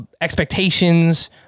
expectations